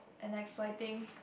and exciting